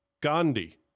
Gandhi